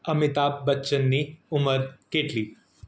અમિતાભ બચ્ચનની ઉંમર કેટલી